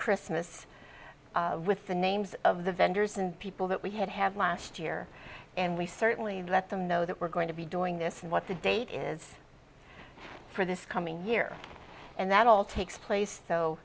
christmas with the names of the vendors and people that we had have last year and we certainly let them know that we're going to be doing this and what the date is for this coming year and that all takes place so